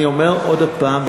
אני אומר עוד הפעם,